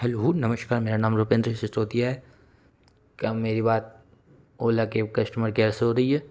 hello नमस्कार मेरा नाम रूपेन्द्र सिसोदिया है क्या मेरी बात ओला केब कस्टूमर केयर से हो रही है